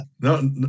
no